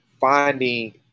finding